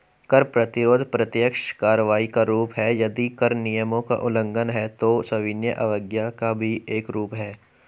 कर प्रतिरोध प्रत्यक्ष कार्रवाई का रूप है, यदि कर नियमों का उल्लंघन है, तो सविनय अवज्ञा का भी एक रूप है